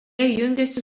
jungiasi